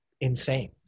insane